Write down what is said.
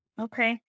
Okay